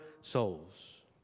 souls